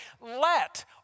let